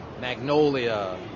Magnolia